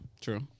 True